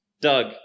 doug